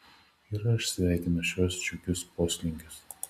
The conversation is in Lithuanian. ir aš sveikinu šiuos džiugius poslinkius